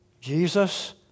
Jesus